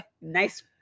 nice